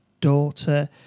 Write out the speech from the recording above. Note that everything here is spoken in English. daughter